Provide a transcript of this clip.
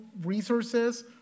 resources